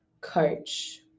coach